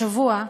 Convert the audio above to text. השבוע,